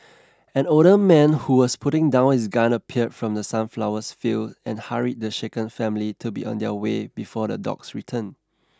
an older man who was putting down his gun appeared from the sunflowers fields and hurried the shaken family to be on their way before the dogs return